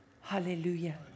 Hallelujah